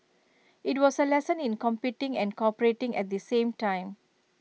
IT was A lesson in competing and cooperating at the same time